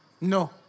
No